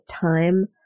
time